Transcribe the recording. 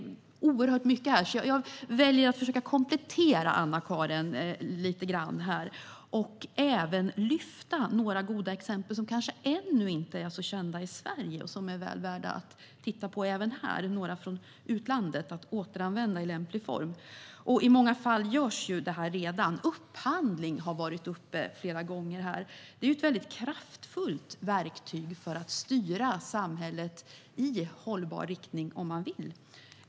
Det är oerhört mycket, så jag väljer att försöka komplettera Anna-Caren och även lyfta fram några goda exempel från utlandet som ännu inte är så kända i Sverige men som är väl värda att titta på och återanvända i lämplig form. I många fall görs det redan. Upphandling har varit uppe här flera gånger. Det är ett kraftfullt verktyg för att styra samhället i hållbar riktning om man vill.